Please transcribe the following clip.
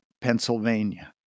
Pennsylvania